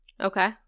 Okay